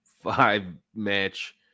five-match